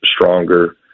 stronger